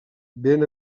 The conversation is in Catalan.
ben